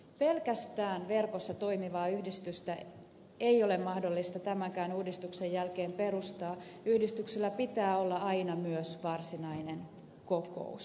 pelkästään verkossa toimivaa yhdistystä ei ole mahdollista tämänkään uudistuksen jälkeen perustaa yhdistyksellä pitää olla aina myös varsinainen kokous